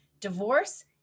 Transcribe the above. divorce